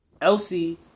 Elsie